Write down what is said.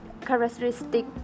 characteristic